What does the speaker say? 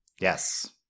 yes